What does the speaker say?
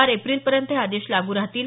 चार एप्रिलपर्यंत हे आदेश लागू राहतील